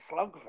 slugfest